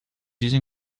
using